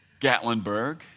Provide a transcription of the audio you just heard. Gatlinburg